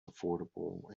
affordable